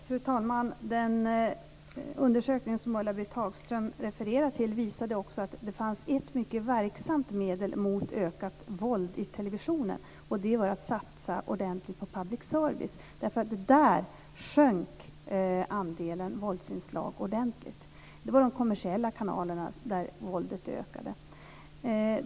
Fru talman! Den undersökning som Ulla-Britt Hagström refererar till visade också att det fanns ett mycket verksamt medel mot ökat våld i televisionen, och det var att satsa ordentligt på public service, där andelen våldsinslag sjönk ordentligt. Det var i de kommersiella kanalerna som våldet ökade.